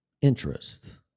interest